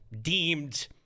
deemed